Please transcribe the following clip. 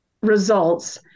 results